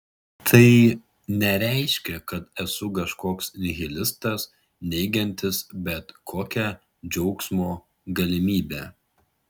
tai nereiškia kad esu kažkoks nihilistas neigiantis bet kokią džiaugsmo galimybę